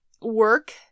work